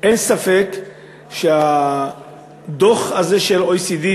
אין ספק שהדוח הזה של ה-OECD,